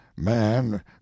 man